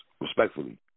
respectfully